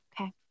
okay